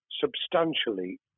substantially